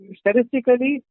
statistically